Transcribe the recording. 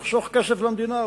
צריך לחסוך כסף למדינה,